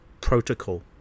protocol